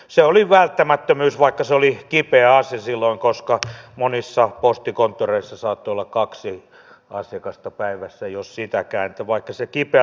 se oli kuitenkin välttämättömyys vaikka se oli kipeä asia silloin koska monissa postikonttoreissa saattoi olla kaksi asiakasta päivässä jos sitäkään